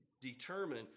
determine